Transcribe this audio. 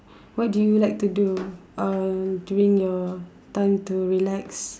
what do you like to do um during your time to relax